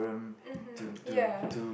mmhmm ya